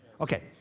Okay